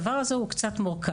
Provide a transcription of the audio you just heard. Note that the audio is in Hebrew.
הדבר הזה הוא קצת מורכב.